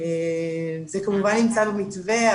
זה כמובן נמצא במתווה,